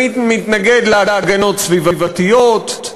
מי מתנגד להגנות סביבתיות,